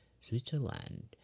Switzerland